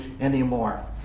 anymore